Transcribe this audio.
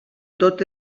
tot